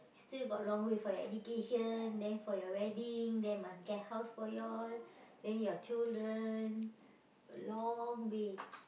still got long way for your education then for your wedding then must get house for you all then your children a long way